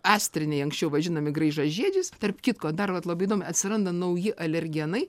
astriniai anksčiau vadinami graižažiedžiais tarp kitko dar vat labai įdomiai atsiranda nauji alergenai